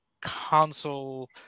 console